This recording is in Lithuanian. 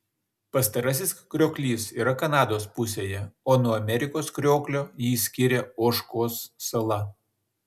pastarasis krioklys yra kanados pusėje o nuo amerikos krioklio jį skiria ožkos sala